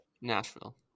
Nashville